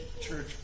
church